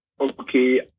Okay